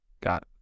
Got